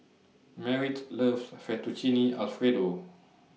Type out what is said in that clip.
Merritt loves Fettuccine Alfredo